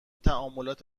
تعاملات